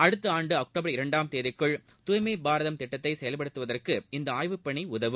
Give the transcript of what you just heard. அடுத்த ஆண்டு அக்டோபர் இரண்டாம் தேதிக்குள் துய்மை பாரதம் திட்டத்தை செயல்படுத்துவதற்கு இந்த ஆய்வுப் பணி உதவும்